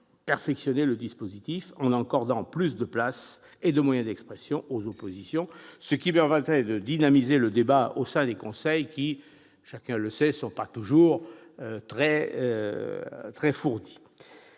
améliorer le dispositif en accordant plus de place et de moyens d'expression aux oppositions, ce qui permettrait de dynamiser les débats au sein des conseils qui, chacun le sait, ne sont pas toujours très fournis.